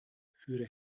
führe